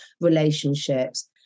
relationships